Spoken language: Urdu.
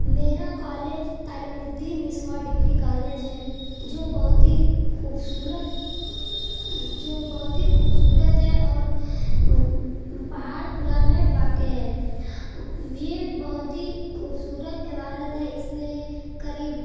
میرا college Taleemuddin Niswan degree college ہے جو بہت ہی خوبصورت جو بہت ہی خوبصورت ہے اور پہاڑ پورہ میں واقع ہے یہ بہت ہی خوبصورت عمارت ہے اس میں قریب